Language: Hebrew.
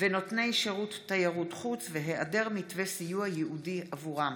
ונותני שירות תיירות חוץ והיעדר מתווה סיוע ייעודי עבורם.